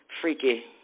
freaky